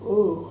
oh